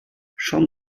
schon